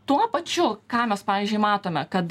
tuo pačiu ką mes pavyzdžiui matome kad